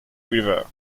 river